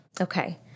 Okay